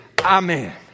Amen